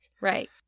Right